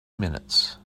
minutes